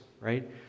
right